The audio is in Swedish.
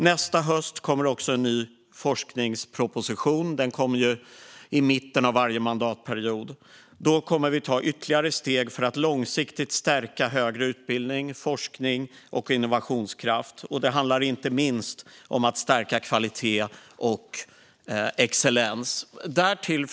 Nästa höst kommer en ny forskningsproposition. En sådan kommer ju i mitten av varje mandatperiod. Då kommer vi att ta ytterligare steg för att långsiktigt stärka högre utbildning, forskning och innovationskraft. Det handlar inte minst om att stärka kvalitet och excellens. Fru talman!